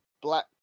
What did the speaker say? black